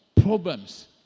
Problems